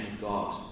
God